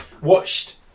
Watched